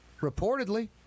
Reportedly